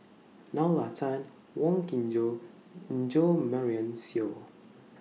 Nalla Tan Wong Kin Jong and Jo Marion Seow